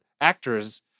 actors